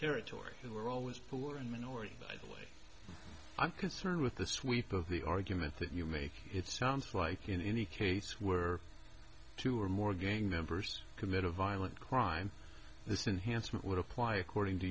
territory they were always poor and minority by the way i'm concerned with the sweep of the argument that you make it sounds like in any case where two or more gang members commit a violent crime this enhanced would apply according to